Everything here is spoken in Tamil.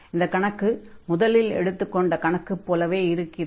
இந்தக் கணக்கு முதலில் எடுத்துக் கொண்ட கணக்கு போலவே இருக்கிறது